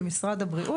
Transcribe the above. הבריאות.